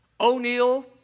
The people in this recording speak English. O'Neill